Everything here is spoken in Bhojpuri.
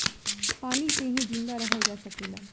पानी से ही जिंदा रहल जा सकेला